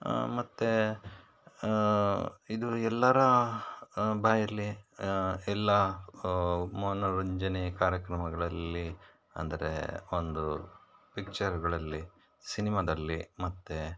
ಮತ್ತು ಇದು ಎಲ್ಲರ ಬಾಯಲ್ಲಿ ಎಲ್ಲ ಮನರಂಜನೆ ಕಾರ್ಯಕ್ರಮಗಳಲ್ಲಿ ಅಂದರೆ ಒಂದು ಪಿಕ್ಚರ್ಗಳಲ್ಲಿ ಸಿನಿಮಾದಲ್ಲಿ ಮತ್ತು